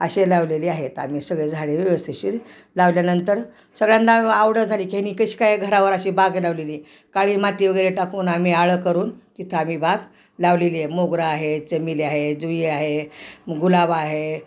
अशी लावलेली आहेत आम्ही सगळे झाडी व्य्वस्थिशीर लावल्यानंतर सगळ्यांना आवडायला झाली कि यांनी कशी काय घरावर अशी बाग लावलेली काळी माती वगैरे टाकून आ्ही आळं करून तिथं आम्ही बाग लावलेली आहे मोगरां आहे चमेली आहे जुई आहे गुलाब आहे